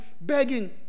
begging